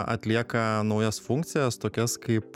atlieka naujas funkcijas tokias kaip